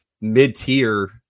mid-tier